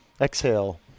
Exhale